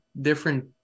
different